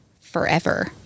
forever